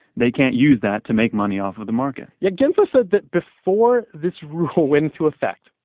they can't use that to make money off of the market yeah, gensler said that before this rule went into effect,